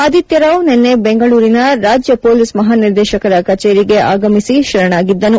ಆದಿತ್ಯರಾವ್ ನಿನ್ನೆ ಬೆಂಗಳೂರಿನ ರಾಜ್ಯ ಪೊಲೀಸ್ ಮಹಾನಿರ್ದೇಶಕರ ಕಚೇರಿಗೆ ಆಗಮಿಸಿ ಶರಣಾಗಿದ್ದನು